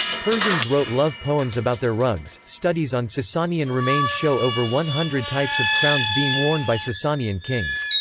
persians wrote love poems about their rugs studies on sasanian remains show over one hundred types of crowns being worn by sasanian kings.